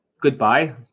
goodbye